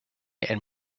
and